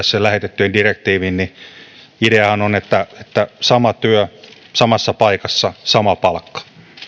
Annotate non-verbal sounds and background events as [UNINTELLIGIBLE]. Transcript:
[UNINTELLIGIBLE] sen lähetettyjen direktiivin niin ideahan on sama työ samassa paikassa sama palkka